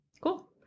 cool